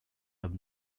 have